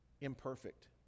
imperfect